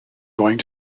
going